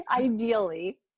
Ideally